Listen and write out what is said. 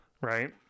Right